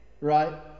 Right